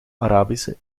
arabische